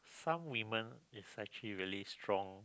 some women is actually really strong